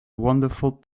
wonderful